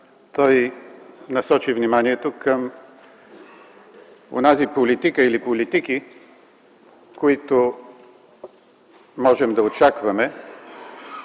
Той насочи вниманието към онази политика или политики, които можем да очакваме